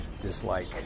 dislike